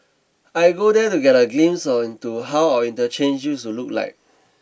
I go there to get a glimpse on into how our interchanges look like